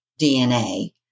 DNA